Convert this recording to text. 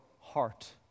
heart